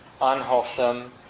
unwholesome